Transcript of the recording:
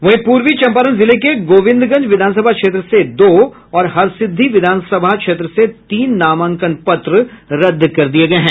वहीं पूर्वी चम्पारण जिले के गोविंदगंज विधानसभा क्षेत्र से दो और हरसिद्दी विधानसभा क्षेत्र से तीन नामांकन पत्र रद्द कर दिये गये हैं